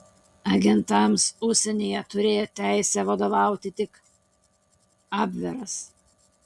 agentams užsienyje turėjo teisę vadovauti tik abveras